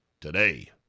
today